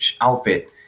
outfit